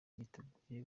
yiteguye